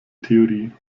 theorie